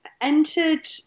entered